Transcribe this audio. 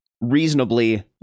reasonably